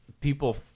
people